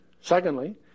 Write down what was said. Secondly